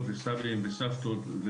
סבים וסבתות.